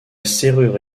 serrure